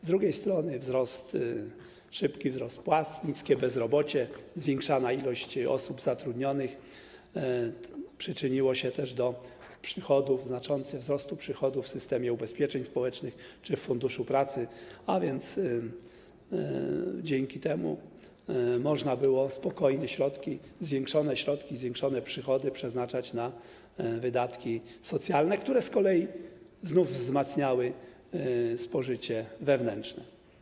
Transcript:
Z drugiej strony szybki wzrost płac, niskie bezrobocie i zwiększana liczba osób zatrudnionych przyczyniły się też do znaczącego wzrostu przychodów w systemie ubezpieczeń społecznych czy w Funduszu Pracy, a więc dzięki temu można było spokojnie zwiększone środki, zwiększone przychody przeznaczać na wydatki socjalne, które z kolei wzmacniały spożycie wewnętrzne.